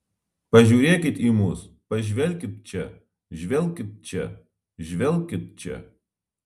pažiūrėkit į mus pažvelkit čia žvelkit čia žvelkit čia